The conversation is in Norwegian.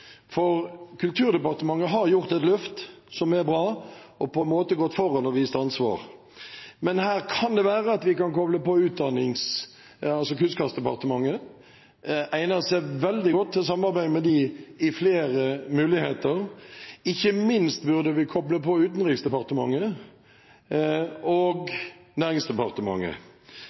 for å ta vare på disse skutene – arbeider mot forskjellige departementer når det gjelder det. Kulturdepartementet har gjort et løft som er bra, og på en måte gått foran og vist ansvar. Men her kan det være at vi kan koble på Kunnskapsdepartementet – det egner seg veldig godt til samarbeid med dem, det gir flere muligheter. Ikke minst burde